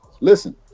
Listen